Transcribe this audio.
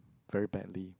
very badly